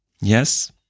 Yes